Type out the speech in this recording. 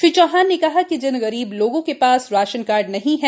श्री चौहान ने कहा कि जिन गरीब लोगो के पास राशन कार्ड नहीं है